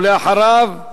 ואחריו,